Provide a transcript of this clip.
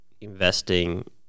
investing